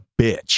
bitch